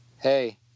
hey